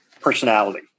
personality